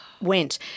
went